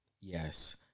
yes